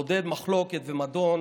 לעודד מחלוקת ומדון,